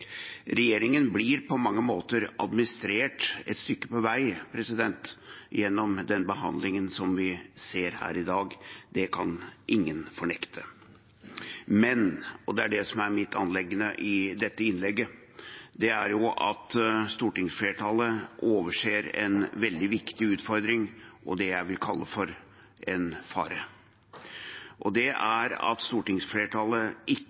Regjeringen blir på mange måter administrert et stykke på vei gjennom den behandlingen vi ser her i dag; det kan ingen fornekte. Men – og det er det som er mitt anliggende i dette innlegget – stortingsflertallet overser en veldig viktig utfordring og det jeg vil kalle for en fare. Det er at stortingsflertallet ikke